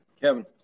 Kevin